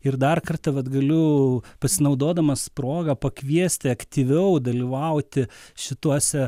ir dar kartą vat galiu pasinaudodamas proga pakviesti aktyviau dalyvauti šituose